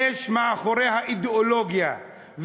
יש מאחוריה אידיאולוגיה,